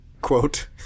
quote